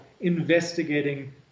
investigating